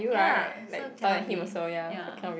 ya so cannot be ya